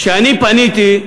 כשאני פניתי,